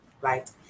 right